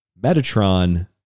Metatron